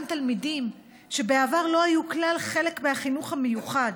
גם תלמידים שבעבר לא היו כלל חלק מהחינוך המיוחד,